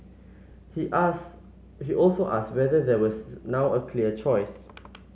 he ask he also asked whether there was now a clear choice